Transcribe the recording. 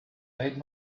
made